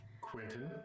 Quentin